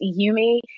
Yumi